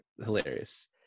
Hilarious